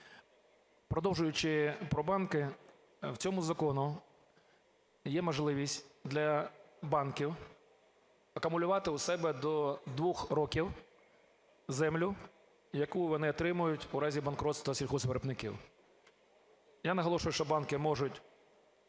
Продовжуючи про банки. У цьому законі є можливість для банків акумулювати у себе до 2 років землю, яку вони отримують у разі банкротства сільгоспвиробників. Я наголошую, що банки можуть